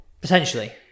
Potentially